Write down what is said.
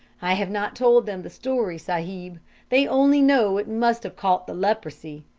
i have not told them the story, sahib they only know it must have caught the leprosy.